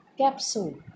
capsule